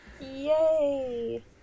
Yay